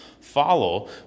follow